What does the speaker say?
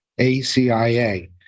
ACIA